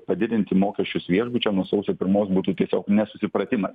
padidinti mokesčius viešbučiam nuo sausio pirmos būtų tiesiog nesusipratimas